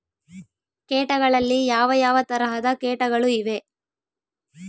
ಕೇಟಗಳಲ್ಲಿ ಯಾವ ಯಾವ ತರಹದ ಕೇಟಗಳು ಇವೆ?